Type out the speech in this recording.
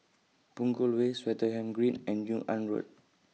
Punggol Way Swettenham Green and Yung An Road